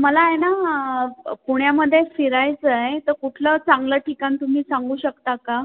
मला ना पुण्यामध्ये फिरायचं आहे तर कुठलं चांगलं ठिकाण तुम्ही सांगू शकता का